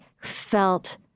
felt